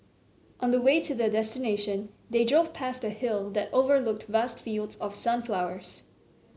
on the way to their destination they drove past a hill that overlooked vast fields of sunflowers